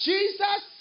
Jesus